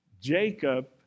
Jacob